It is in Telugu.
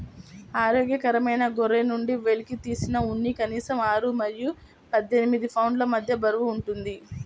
ఆరోగ్యకరమైన గొర్రె నుండి వెలికితీసిన ఉన్ని కనీసం ఆరు మరియు పద్దెనిమిది పౌండ్ల మధ్య బరువు ఉంటుంది